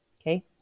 okay